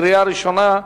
קריאה ראשונה.